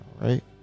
Right